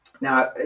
Now